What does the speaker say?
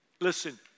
Listen